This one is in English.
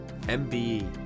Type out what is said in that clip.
MBE